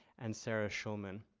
and sarah schulman.